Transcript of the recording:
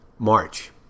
March